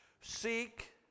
Seek